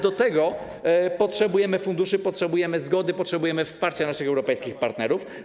Do tego potrzebujemy funduszy, potrzebujemy zgody, potrzebujemy wsparcia naszych europejskich partnerów.